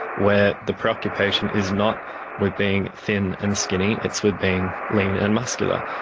where the preoccupation is not with being thin and skinny, it's with being lean and muscular.